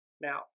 Now